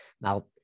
Now